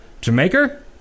Jamaica